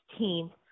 16th